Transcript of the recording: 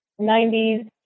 90s